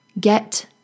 get